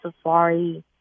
safari